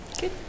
Good